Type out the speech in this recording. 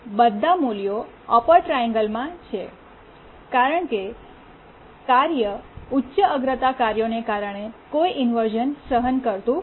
બધા મૂલ્યો અપર ટ્રાઇઍન્ગલ્માં છે કારણ કે કાર્ય ઉચ્ચ અગ્રતા કાર્યોને કારણે કોઈ ઇન્વર્શ઼ન સહન કરતું નથી